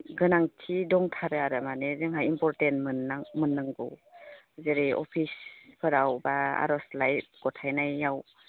गोनांथि दंथारो आरो माने जोंहा इम्पर्टेन्ट मोनांगौ जेरै अफिसफोराव बा आर'जलाइ गथायनायाव